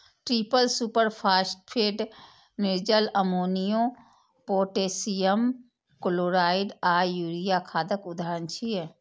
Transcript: triple superphosphate, निर्जल ammonia, potassium chloride आ urea खादक उदाहरण छियै